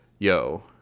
Yo